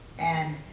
and,